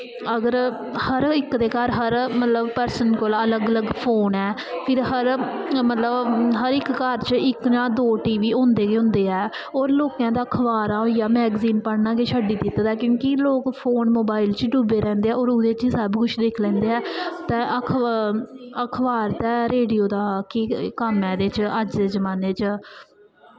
अगर हर इक दे घर हर मतलब पर्सन कोल अलग अलग फोन ऐ फिर हर मतलब हर इक घर च ना इक जां दो टी वी होंदे गै होंदे ऐ होर लोकें तां खबारां ते मैगजीन पढ़ना गै छड्डी दित्ता दा ऐ क्योंकि लोग फोन मोबाइल फोन च डुब्बे रैहंदे ऐं होर ओह्दे च ई सब कुछ दिक्ख लैंदे ऐ ते होर अखबार ते रेडियो दा केह् कम्म ऐ एह्दे च अज्ज दे जमान्ने च